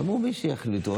אז אמרו: מי שיחליטו,